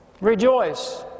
Rejoice